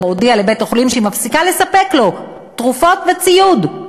הודיעה לבית-החולים שהיא מפסיקה לספק לו תרופות וציוד.